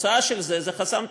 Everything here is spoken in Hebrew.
התוצאה של זה היא חסם תעסוקתי.